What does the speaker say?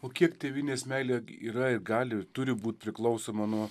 o kiek tėvynės meilė yra ir gali turi būt priklausoma nuo